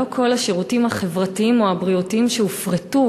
לא כל השירותים החברתיים או הבריאותיים שהופרטו,